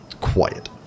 quiet